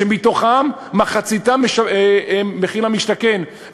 שמתוכן מחצית הן מחיר למשתכן.